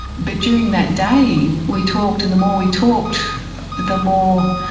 but during that day we talked, and the more we talked the more,